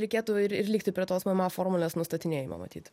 reikėtų ir ir likti prie tos mma formulės nustatinėjimo matyt